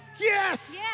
yes